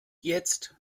jetzt